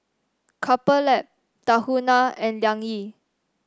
Couple Lab Tahuna and Liang Yi